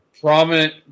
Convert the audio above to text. prominent